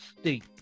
state